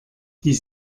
die